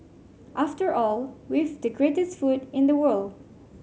after all we've the greatest food in the world